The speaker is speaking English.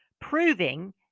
proving